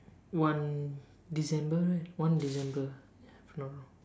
one December right one December ya if I'm not wrong